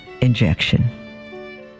injection